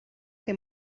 que